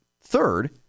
third